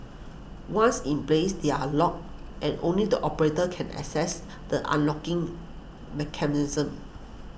once in place they are locked and only the operator can access the unlocking mechanism